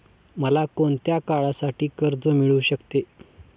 मला कोणत्या काळासाठी कर्ज मिळू शकते?